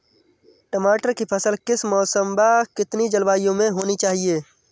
टमाटर की फसल किस मौसम व कितनी जलवायु में होनी चाहिए?